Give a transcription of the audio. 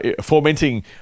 fomenting